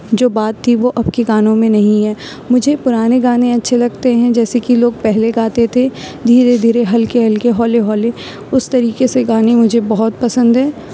جو بات تھی وہ اب کے گانوں میں نہیں ہے مجھے پرانے گانے اچھے لگتے ہیں جیسے کہ لوگ پہلے گاتے تھے دھیرے دھیرے ہلکے ہلکے ہولے ہولے اس طریقے سے گانے مجھے بہت پسند ہیں